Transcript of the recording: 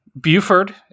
Buford